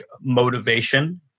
motivation